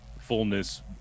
fullness